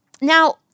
Now